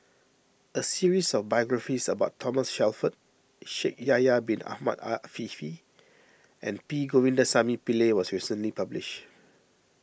a series of biographies about Thomas Shelford Shaikh Yahya Bin Ahmed Afifi and P Govindasamy Pillai was recently published